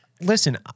listen